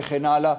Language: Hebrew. וכן הלאה.